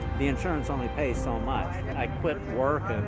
the insurance only paid so much. and i quit work